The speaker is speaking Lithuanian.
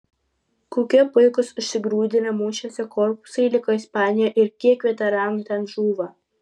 kokie puikūs užsigrūdinę mūšiuose korpusai liko ispanijoje ir kiek veteranų ten žūva